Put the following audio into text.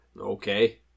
Okay